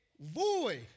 void